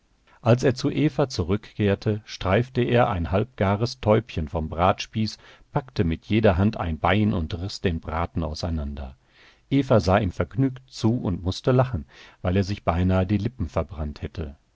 als er zu eva zurückkehrte streifte er ein halbgares täubchen vom bratspieß packte mit jeder hand ein bein und riß den braten auseinander eva sah ihm vergnügt zu und mußte lachen weil er sich beinahe die lippen verbrannt hätte